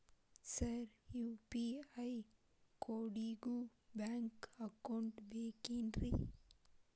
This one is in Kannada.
ಸರ್ ಯು.ಪಿ.ಐ ಕೋಡಿಗೂ ಬ್ಯಾಂಕ್ ಅಕೌಂಟ್ ಬೇಕೆನ್ರಿ?